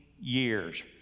years